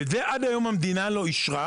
ואת זה עד היום המדינה לא אישרה.